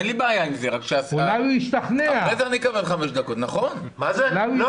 אחרי שגם כך להיות חייל חרדי בחלק מהמקומות זה לא קל,